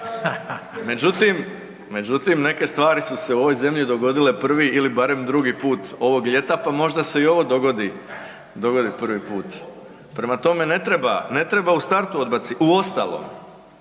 međutim, neke stvari su se u ovoj zemlji dogodile prvi ili barem drugi put ovog ljeta pa možda se i ovo dogodi prvi put. Prema tome, ne treba u startu odbacivati. Uostalom,